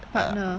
partner